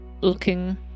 looking